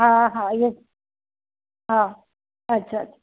हा हा इहो हा अच्छा